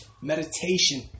meditation